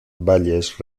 valles